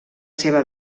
seva